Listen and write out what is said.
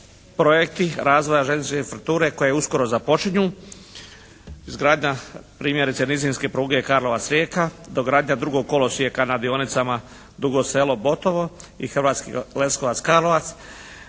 projekti razvoja željezničke infrastrukture koje uskoro započinju, izgradnja primjerice …/Govornik se ne razumije./… pruge Karlovac-Rijeka, dogradnja drugog kolosijeka na dionicama Dugo Selo-Botovo i Hrvatski Leskovac-Karlovac,